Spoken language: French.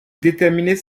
déterminer